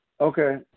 Okay